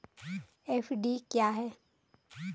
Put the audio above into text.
FD क्या है?